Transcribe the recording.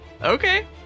Okay